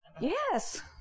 Yes